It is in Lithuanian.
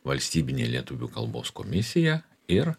valstybinė lietuvių kalbos komisija ir